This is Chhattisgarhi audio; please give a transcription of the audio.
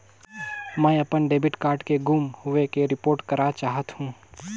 मैं अपन डेबिट कार्ड के गुम होवे के रिपोर्ट करा चाहत हों